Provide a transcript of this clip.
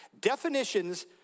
Definitions